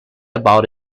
about